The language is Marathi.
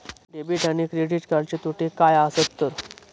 डेबिट आणि क्रेडिट कार्डचे तोटे काय आसत तर?